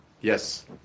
Yes